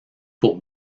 pour